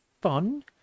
fun